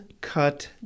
Cut